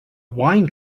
wine